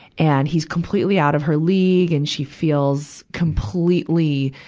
and he's completely out of her league, and she feels completely,